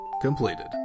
completed